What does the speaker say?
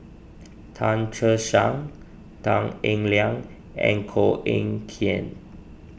Tan Che Sang Tan Eng Liang and Koh Eng Kian